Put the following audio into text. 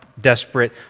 desperate